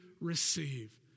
receive